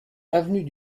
avenue